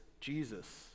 Jesus